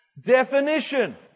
Definition